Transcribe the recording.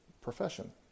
Profession